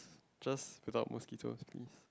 just put out mosquitoes please